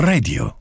Radio